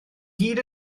gyd